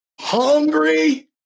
hungry